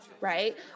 right